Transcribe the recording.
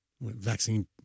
vaccine